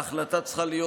ההחלטה צריכה להיות,